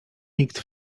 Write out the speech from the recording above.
nikt